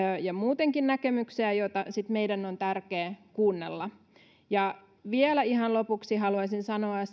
ja muutenkin näkemyksiä joita meidän on tärkeää kuunnella vielä ihan lopuksi haluaisin sanoa